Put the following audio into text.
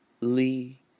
Lee